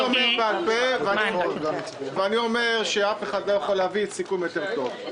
אז אני אומר בעל-פה ואני אומר שאף אחד לא יכול להביא סיכום טוב יותר.